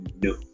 No